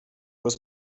was